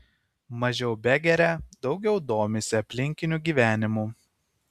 mažiau begeria daugiau domisi aplinkiniu gyvenimu